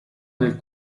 nel